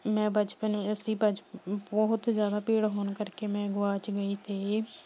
ਮੈਂ ਬਚਪਨ ਅਸੀਂ ਬਚ ਬਹੁਤ ਜ਼ਿਆਦਾ ਭੀੜ ਹੋਣ ਕਰਕੇ ਮੈਂ ਗਵਾਚ ਗਈ ਅਤੇ